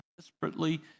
desperately